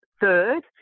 third